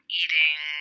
eating